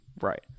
Right